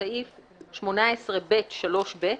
בסעיף 18(ב)(3)(ב),